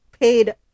paid